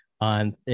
on